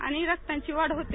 आणि रक्तांची वाढ होते